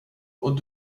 och